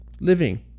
living